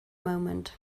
moment